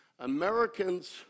Americans